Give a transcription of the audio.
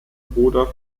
bruder